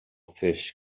fish